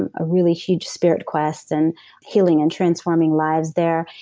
and a really huge spirit quest and healing and transforming lives there.